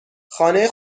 خانه